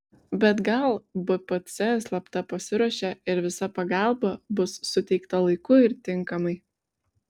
bet gal bpc slapta pasiruošė ir visa pagalba bus suteikta laiku ir tinkamai